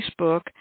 Facebook